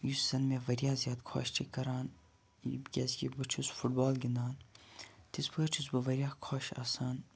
یُس زَن مےٚ واریاہ زیادٕ خۄش چھُ کَران کیٛازکہِ بہٕ چھُس فُٹ بال گِنٛدان تِتھٕ پٲٹھۍ چھُس بہٕ واریاہ خۄش آسان